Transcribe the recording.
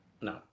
No